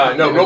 no